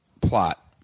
plot